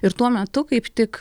ir tuo metu kaip tik